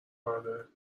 برداره